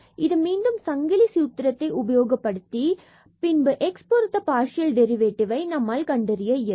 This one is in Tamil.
இது மீண்டும் சங்கிலி சூத்திரத்தை நாம் உபயோகித்த பின்பு x பொருத்த பார்சியல் டெரிவேட்டிவ்வை நாம் கண்டறிய இயலும்